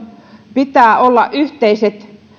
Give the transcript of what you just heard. pitää olla yhteiset